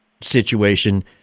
situation